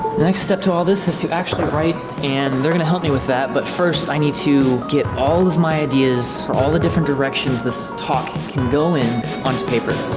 next step to all this is to actually write and they're gonna help me with that but first i need to get all of my ideas for all the different directions. this talk can go in onto paper